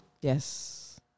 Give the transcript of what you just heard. Yes